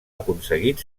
aconseguit